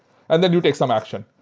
and then you take some action.